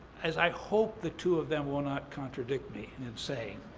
as i hope the two of them will not contradict me in and saying,